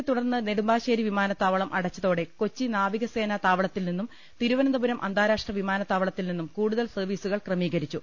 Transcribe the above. വെള്ളപ്പൊക്കത്തെ തുടർന്ന് നെടുമ്പാശ്ശേരി വിമാനത്താവളം അടച്ചതോടെ കൊച്ചി നാവികസേനാതാവളത്തിൽ നിന്നും തിരു വനന്തപുരം അന്താരാഷ്ട്ര വിമാനത്താവളത്തിൽ നിന്നും കൂടു തൽ സർവീസുകൾ ക്രമീകരിച്ചു